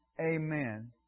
Amen